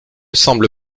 semble